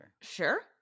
Sure